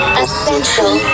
essential